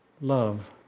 Love